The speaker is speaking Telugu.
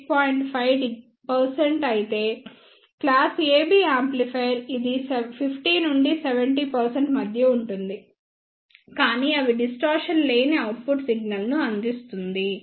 5 అయితే క్లాస్ AB యాంప్లిఫైయర్ ఇది 50 నుండి 70 మధ్య ఉంటుంది కానీ అవి డిస్టార్షన్ లేని అవుట్పుట్ సిగ్నల్ ను అందిస్తుంది